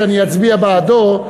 שאני אצביע בעדו,